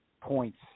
points